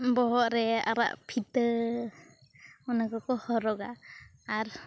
ᱵᱚᱦᱚᱜᱨᱮ ᱟᱨᱟᱜ ᱯᱷᱤᱛᱟᱹ ᱚᱱᱟᱠᱚ ᱠᱚ ᱦᱚᱨᱚᱜᱼᱟ ᱟᱨ